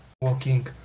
walking